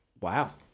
Wow